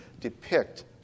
depict